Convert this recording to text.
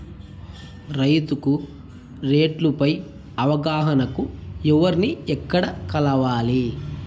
రైతుకు రేట్లు పై అవగాహనకు ఎవర్ని ఎక్కడ కలవాలి?